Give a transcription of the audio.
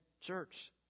church